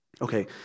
Okay